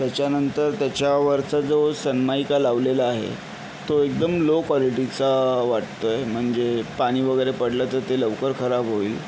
त्याच्यानंतर त्याच्यावरचा जो सनमायका लावलेला आहे तो एकदम लो क्वालिटीचा वाटतो आहे म्हणजे पाणी वगेैरे पडलं तर ते लवकर खराब होईल